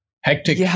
hectic